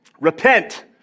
Repent